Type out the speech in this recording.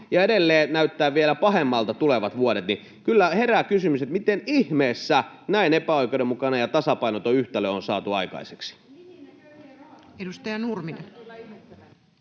tulevat vuodet vielä pahemmilta. Kyllä herää kysymys, miten ihmeessä näin epäoikeudenmukainen ja tasapainoton yhtälö on saatu aikaiseksi.